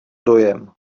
dojem